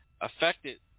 affected